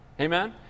Amen